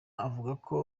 avuga